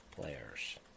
players